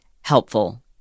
helpful